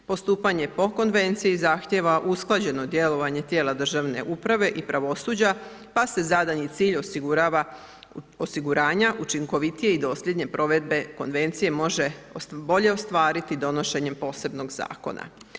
Postupanje po Konvenciji zahtjeva usklađeno djelovanje tijela državne uprave i pravosuđa, pa se zadani cilj osiguranja učinkovitije i dosljedne provedbe Konvencije može bolje ostvariti donošenjem posebnog Zakona.